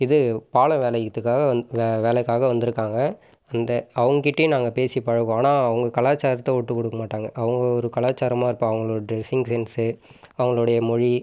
இது பாலம் வளைக்கத்துக்காக வேலைக்காக வந்திருக்காங்க இந்த அவங்ககிட்டயே நாங்கள் பேசி பழகுவோம் ஆனால் அவங்க கலாச்சாரத்தை விட்டு கொடுக்க மாட்டாங்க அவங்க ஒரு கலாச்சாரமாக இருப்பாங்க அவங்களோட டிரெஸ்ஸிங் சென்ஸ் அவங்களோடைய மொழி